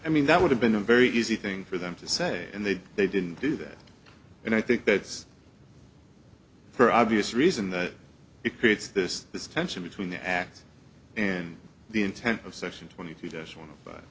i mean that would have been a very easy thing for them to say and they they didn't do that and i think that's for obvious reason that it creates this this tension between the act and the intent of section twenty two does one